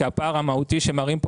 כי הפער המהותי שמראים פה,